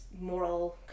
moral